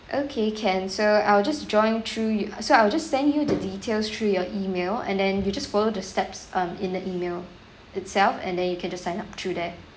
okay can so I will just join through so I'll just send you the details through your email and then you just follow the steps um in the email itself and then you can just sign up through that